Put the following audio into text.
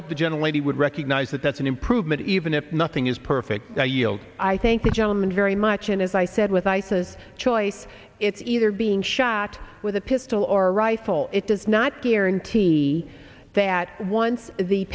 hope the gentle lady would recognize that that's an improvement even if nothing is perfect i yield i thank the gentleman very much and as i said with isis choice it's either being shot with a pistol or rifle it does not guarantee that once the